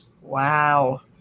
Wow